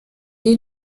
est